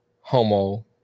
homo